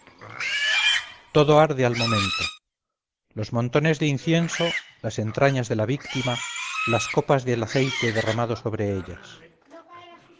arde al momento los montones de incienso las entrañas de las víctimas las copas del aceite derramado sobre ellas